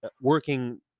working